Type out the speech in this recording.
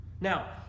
Now